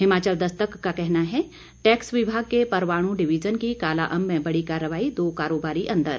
हिमाचल दस्तक का कहना है टैक्स विभाग के परवाणु डिवीजन की कालाअंब में बड़ी कार्रवाई दो कारोबारी अंदर